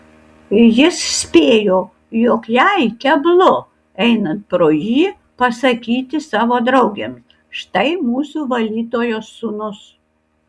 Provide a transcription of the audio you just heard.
jis spėjo jog jai keblu einant pro jį pasakyti savo draugėms štai mūsų valytojos sūnus